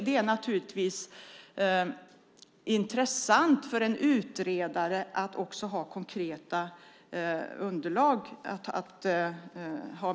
Det är naturligtvis intressant för en utredare att också ha konkreta underlag.